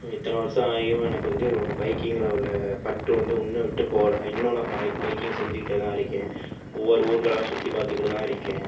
இத்தனை வருசோ ஆகியும் எனக்கு வந்து ரொம் பைக்கிங்கில் உள்ளே பற்று வந்து இன்னும் விட்டுப் போகல இன்னு நான் பை பைக்கிங் செஞ்சுக்கிட்டே தான் இருக்கேன் ஒவ்வொரு ஊருகளாக சுற்றி பார்த்துக்கிட்டு தான் இருக்கேன்